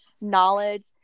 knowledge